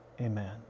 Amen